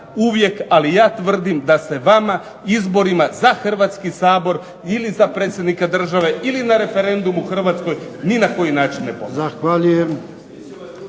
uvijek, ali ja tvrdim da se vama izborima za Hrvatski sabor ili za predsjednika države ili na referendumu u Hrvatskoj ni na koji način ne …